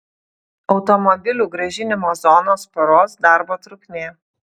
automobilių grąžinimo zonos paros darbo trukmė